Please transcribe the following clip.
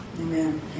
Amen